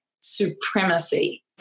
supremacy